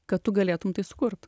kad tu galėtum tai sukurt